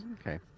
okay